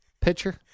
Pitcher